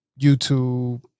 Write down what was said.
youtube